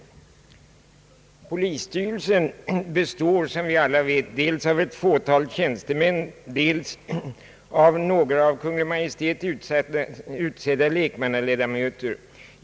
Rikspolisstyrelsen består, som vi alla vet, av dels ett fåtal tjänstemän, dels några av Kungl. Maj:t utsedda lekmannaledamöter.